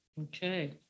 Okay